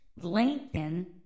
Lincoln